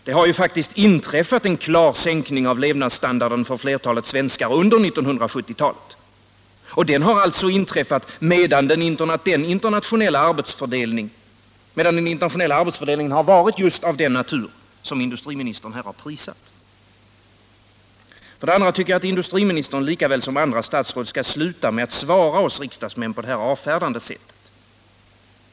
Det har faktiskt inträffat en klar sänkning av levnadsstandarden för flertalet svenskar under 1970-talet, och den har alltså inträffat medan den internationella arbetsfördelningen har varit just av den natur som industriministern här har prisat. För det andra tycker jag att industriministern lika väl som andra statsråd skall sluta med att svara oss riksdagsmän på det här avfärdande sättet.